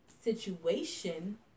situation